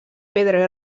pedra